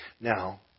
Now